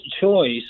choice